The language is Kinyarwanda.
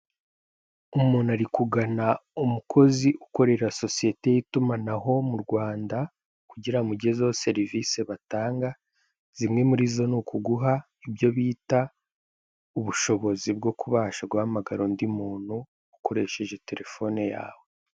Umuntu ari kugana umukozi ukorera sosiyete y'itumanaho mu Rwanda, kugira amugezeho serivisi batanga zimwe muri zo ni ukuguha ibyo bita ubushobozi bwo kubasha guhamagara undi muntu ukoresheje telefone yawe.